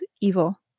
evil